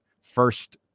first